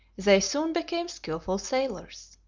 they soon became skilful sailors.